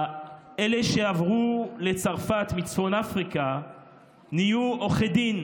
אלה שעברו לצרפת מצפון אפריקה נהיו עורכי דין,